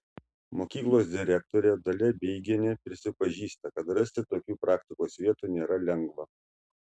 mokyklos direktorė dalia beigienė prisipažįsta kad rasti tokių praktikos vietų nėra lengva